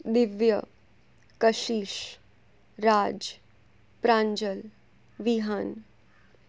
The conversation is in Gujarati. દિવ્ય કશિશ રાજ પ્રાંજલ વિહાન